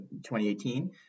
2018